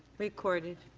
recorded.